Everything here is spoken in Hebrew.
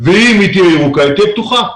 ואם היא תהיה ירוקה, היא תהיה פתוחה.